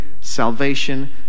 salvation